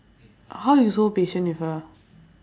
how you so patient with her